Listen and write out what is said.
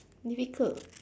difficult